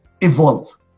evolve